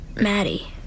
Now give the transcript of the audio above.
Maddie